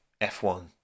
F1